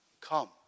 Come